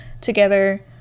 together